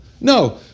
No